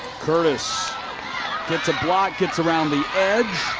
curtis gets a block. gets around the edge.